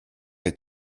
est